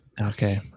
Okay